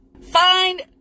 find